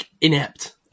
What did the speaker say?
inept